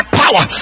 power